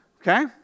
okay